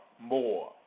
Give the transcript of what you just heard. more